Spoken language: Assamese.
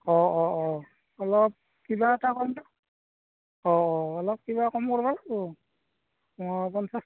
অঁ অঁ অঁ অলপ কিবা এটা কম অঁ অঁ অলপ কিবা কম কৰিব লাগিব অঁ পঞ্চাছ